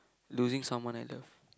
losing someone I love